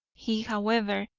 he, however,